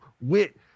wit